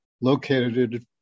located